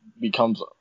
becomes